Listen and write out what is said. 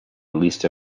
released